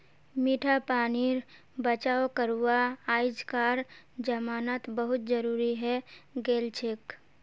मीठा पानीर बचाव करवा अइजकार जमानात बहुत जरूरी हैं गेलछेक